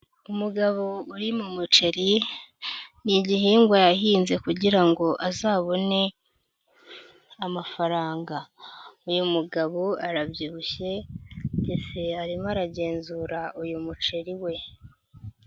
Umugabo uri mu muceri, ni igihingwa yahinze kugira ngo azabone amafaranga, uyu mugabo arabyibushye ndetsese arimo aragenzura uyu muceri we.